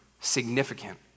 significant